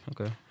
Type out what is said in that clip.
okay